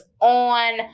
on